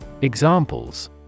Examples